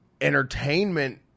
entertainment